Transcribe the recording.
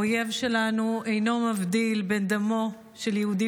האויב שלנו אינו מבדיל בין דמו של יהודי